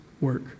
work